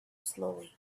slowly